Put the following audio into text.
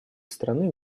страны